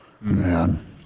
Man